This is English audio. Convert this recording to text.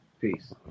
Peace